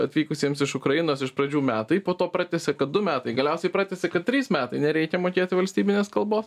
atvykusiems iš ukrainos iš pradžių metai po to pratęsia kad du metai galiausiai pratęsia kad trys metai nereikia mokėti valstybinės kalbos